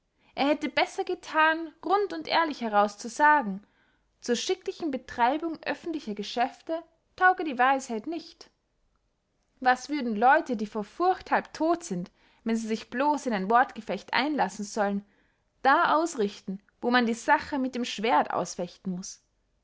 er hätte besser gethan rund und ehrlich heraus zu sagen zur schicklichen betreibung öffentlicher geschäfte tauge die weisheit nicht was würden leute die vor furcht halb todt sind wenn sie sich blos in ein wortgefecht einlassen sollen da ausrichten wo man die sache mit dem schwerdt ausfechten muß